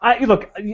Look